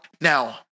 Now